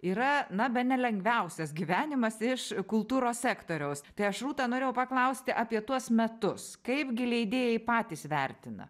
yra na bene lengviausias gyvenimas iš kultūros sektoriaus tai aš rūta norėjau paklausti apie tuos metus kaipgi leidėjai patys vertina